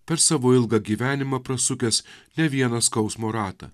per savo ilgą gyvenimą prasukęs ne vieną skausmo ratą